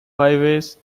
highways